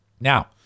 Now